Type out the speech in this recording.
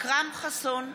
אכרם חסון,